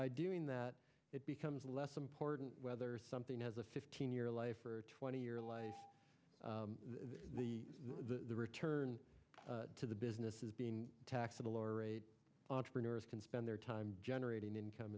by doing that it becomes less important whether something as a fifteen year life or twenty year life the the return to the business is being taxed at a lower rate entrepreneurs can spend their time generating income